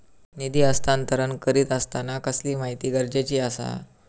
निधी हस्तांतरण करीत आसताना कसली माहिती गरजेची आसा?